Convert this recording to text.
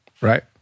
right